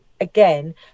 again